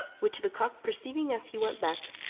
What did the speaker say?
which the cock perceiving as he went back,